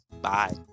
bye